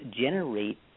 generate